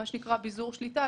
מה שנקרא ביזור שליטה,